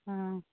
অ